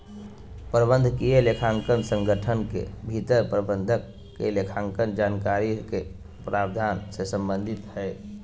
प्रबंधकीय लेखांकन संगठन के भीतर प्रबंधक के लेखांकन जानकारी के प्रावधान से संबंधित हइ